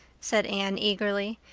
said anne eagerly.